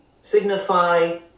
signify